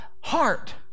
heart